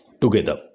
together